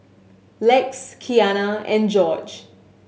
Lex Keanna and Gorge